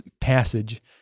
passage